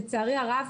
לצערי הרב,